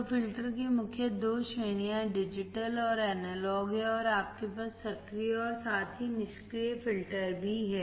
तो फिल्टर की मुख्य दो श्रेणियां डिजिटल और एनालॉग हैं और आपके पास सक्रिय और साथ ही निष्क्रिय फिल्टर भी है